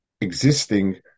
existing